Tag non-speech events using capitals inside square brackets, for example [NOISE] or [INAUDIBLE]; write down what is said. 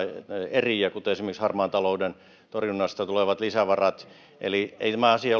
eriä kuten esimerkiksi harmaan talouden torjunnasta tulevat lisävarat eli ei tämä asia [UNINTELLIGIBLE]